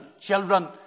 children